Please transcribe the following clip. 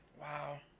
wow